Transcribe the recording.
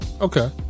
Okay